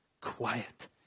quiet